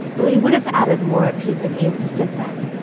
though he would have added more if he'd been able to fit them.